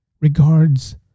regards